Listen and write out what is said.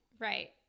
Right